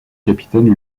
capitaine